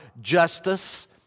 Justice